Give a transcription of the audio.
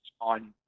on